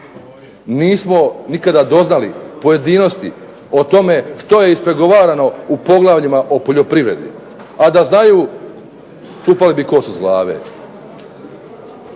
nismo nikada doznali pojedinosti o tome što je ispregovarano u poglavljima o poljoprivredi, a da znaju čupali bi kosu s glave.